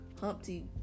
Humpty